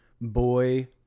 boy